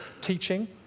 teaching